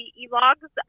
e-logs